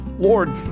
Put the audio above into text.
Lord